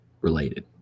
related